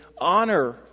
honor